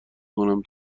کنم